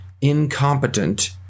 incompetent